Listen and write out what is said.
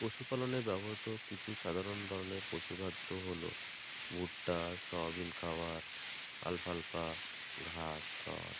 পশুপালনে ব্যবহৃত কিছু সাধারণ ধরনের পশু খাদ্য হলো ভুট্টা সোয়াবিন খাবার আলফালফা ঘাস খাবার